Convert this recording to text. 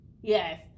Yes